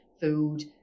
food